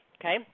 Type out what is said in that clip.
okay